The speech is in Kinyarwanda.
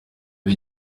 ari